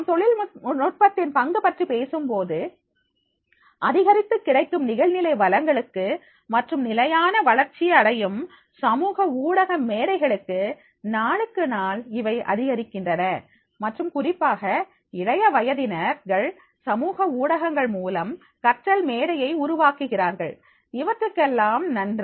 நாம் தொழில்நுட்பத்தின் பங்குபற்றி பேசும்போது அதிகரித்து கிடைக்கும் நிகழ்நிலை வளங்களுக்கு மற்றும் நிலையான வளர்ச்சி அடையும் சமூக ஊடக மேடைகளுக்கு நாளுக்கு நாள் இவை அதிகரிக்கின்றன மற்றும் குறிப்பாக இளைய வயதினர்கள் சமூக ஊடகங்கள் மூலம் கற்றல் மேடையை உருவாக்குகிறார்கள் இவற்றுக்கெல்லாம் நன்றி